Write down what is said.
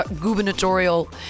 gubernatorial